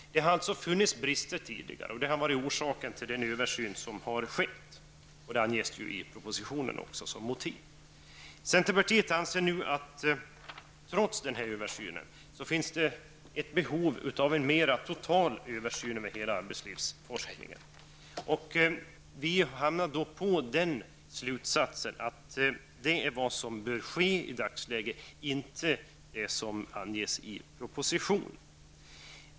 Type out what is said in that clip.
Det har funnits brister tidigare, och det har varit orsaken till den översyn som har skett. Det anges också i propositionen som motiv. Centerpartiet anser nu att trots den här översynen finns det ett behov av total översyn av hela arbetslivsforskningen. Vi hamnar då på den slutsatsen att det är vad som bör ske i dagsläget, inte det som anges i propositionen.